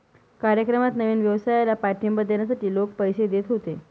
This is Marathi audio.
कार्यक्रमात नवीन व्यवसायाला पाठिंबा देण्यासाठी लोक पैसे देत होते